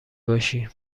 باشی